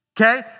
Okay